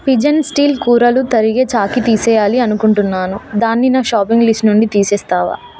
pigeon steel కూరలు తరిగే చాకి తీసేయాలి అనుకుంటున్నాను దాన్ని నా షాపింగ్ లిస్టు నుండి తీసేస్తావా